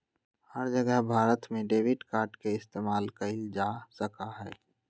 हर जगह भारत में debit card के इस्तेमाल कइल जा सका हई